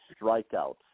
strikeouts